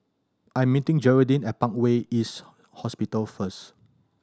I'm meeting Geraldine at Parkway East Hospital first